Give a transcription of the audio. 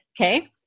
Okay